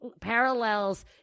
parallels